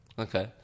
okay